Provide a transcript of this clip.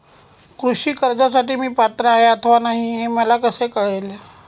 कृषी कर्जासाठी मी पात्र आहे अथवा नाही, हे मला कसे समजेल?